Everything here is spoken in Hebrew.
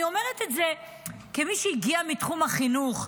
אני אומרת את זה כמי שהגיעה מתחום החינוך.